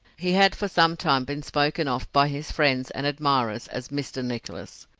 he had for some time been spoken of by his friends and admirers as mr. nicholas,